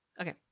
Okay